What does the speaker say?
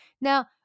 now